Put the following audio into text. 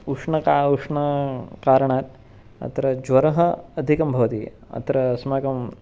उष्णता उष्णकारणात् अत्र ज्वरः अधिकं भवति अत्र अस्माकं